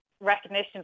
recognition